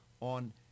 on